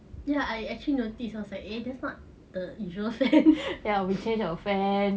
ya I actually noticed I was like eh that's not the usual fan